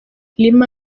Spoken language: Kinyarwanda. lima